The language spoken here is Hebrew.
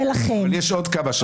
יש עוד כמה שמות.